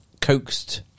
coaxed